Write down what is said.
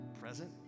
present